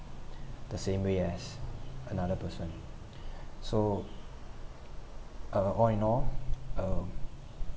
the same way as another person so uh all in all uh